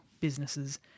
businesses